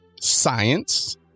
science